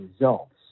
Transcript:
results